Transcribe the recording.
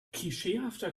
klischeehafter